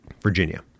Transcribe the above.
Virginia